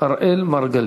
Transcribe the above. אראל מרגלית.